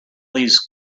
these